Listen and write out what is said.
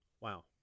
Wow